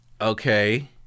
Okay